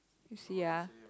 you see ah